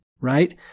right